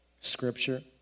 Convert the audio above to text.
scripture